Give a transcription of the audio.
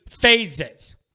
phases